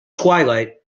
twilight